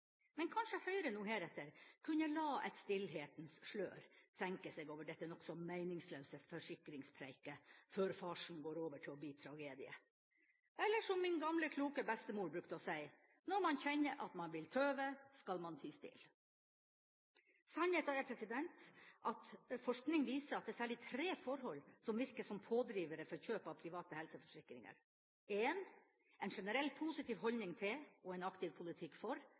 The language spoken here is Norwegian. Men kanskje Høyre nå heretter kunne la et stillhetens slør senke seg over dette nokså meningsløse forsikringspreiket, før farsen går over til å bli tragedie. Eller som min gamle, kloke bestemor brukte å si: Når man kjenner at man vil tøve, skal man tie stille. Sannheten er at forskning viser at det er særlig tre forhold som virker som pådrivere for kjøp av private helseforsikringer: en generell positiv holdning til – og en aktiv politikk for